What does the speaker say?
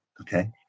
Okay